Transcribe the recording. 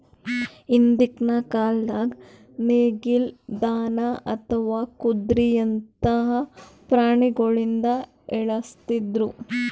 ಹಿಂದ್ಕಿನ್ ಕಾಲ್ದಾಗ ನೇಗಿಲ್, ದನಾ ಅಥವಾ ಕುದ್ರಿಯಂತಾ ಪ್ರಾಣಿಗೊಳಿಂದ ಎಳಸ್ತಿದ್ರು